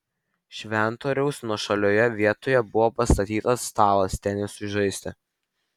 šventoriaus nuošalioje vietoje buvo pastatytas stalas tenisui žaisti